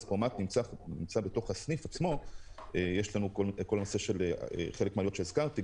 נמצא בתוך הסניף עצמו יש חלק מהעלויות שהזכרתי,